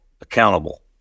Accountable